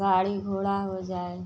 गाड़ी घोड़ा हो जाए